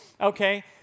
Okay